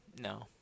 no